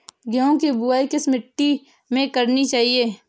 गेहूँ की बुवाई किस मिट्टी में करनी चाहिए?